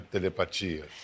Telepatia